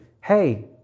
hey